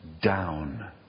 down